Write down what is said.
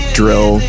drill